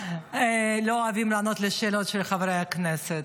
לא אוהבים לענות על שאלות של חברי הכנסת.